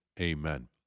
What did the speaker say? Amen